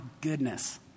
goodness